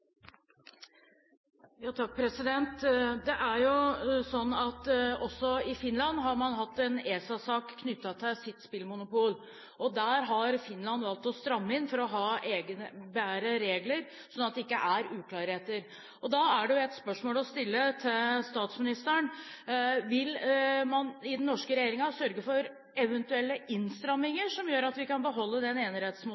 der har Finland valgt å stramme inn for å ha bedre regler, sånn at det ikke er uklarheter. Da er det et spørsmål å stille til statsministeren: Vil man i den norske regjeringen sørge for eventuelle